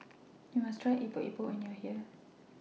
YOU must Try Epok Epok when YOU Are here